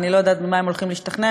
אז אני לא יודעת ממה הם הולכים להשתכנע,